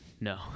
No